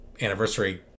anniversary